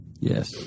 Yes